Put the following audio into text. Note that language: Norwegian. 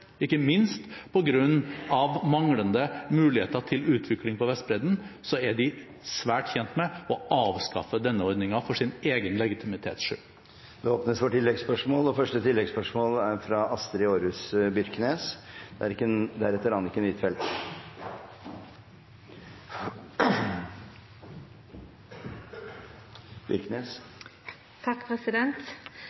ikke minst på grunn av manglende mulighet til utvikling på Vestbredden, at de er svært tjent med å avskaffe denne ordningen for sin egen legitimitets skyld. Det